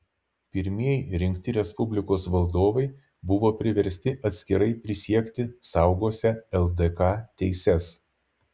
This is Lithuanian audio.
pirmieji rinkti respublikos valdovai buvo priversti atskirai prisiekti saugosią ldk teises